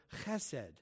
chesed